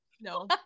No